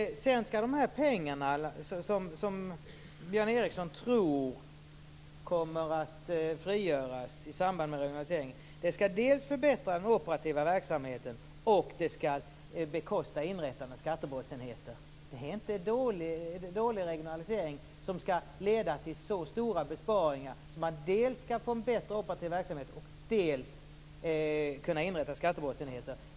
De pengar som Björn Ericson tror kommer att frigöras i samband med regionaliseringen skall dels förbättra den operativa verksamheten, dels bekosta inrättandet av skattebrottsenheter. Det är ingen dålig regionalisering som leder till så stora besparingar att man dels får en bättre operativ verksamhet, dels kan inrätta skattebrottsenheter.